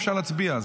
אפשר להצביע.